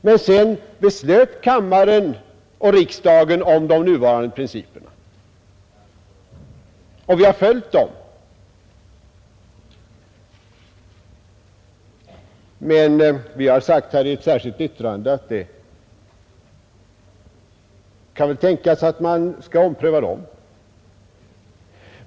Men sedan beslöt kammaren och riksdagen om de nuvarande principerna, och vi har följt dem. I ett särskilt yttrande har herr Sellgren och jag sagt att det kan tänkas att man kan ompröva dem.